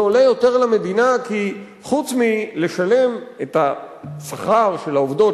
זה עולה יותר למדינה כי חוץ מלשלם את השכר של העובדות,